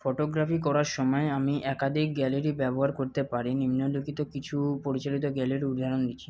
photography করার সময় আমি একাধিক গ্যালারি ব্যবহার করতে পারি নিম্নলিখিত কিছু পরিচালিত গ্যালারির উদাহরণ দিচ্ছি